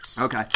Okay